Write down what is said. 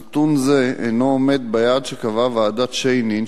נתון זה אינו עומד ביעד שקבעה ועדת-שיינין,